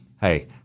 Hey